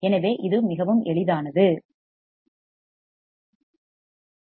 எனவே இதில் எந்த தவறும் இருக்கக்கூடாது